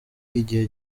igihe